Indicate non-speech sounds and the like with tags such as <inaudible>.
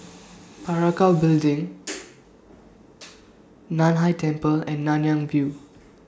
<noise> Parakou Building NAN Hai Temple and Nanyang View